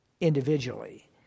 Individually